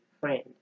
friend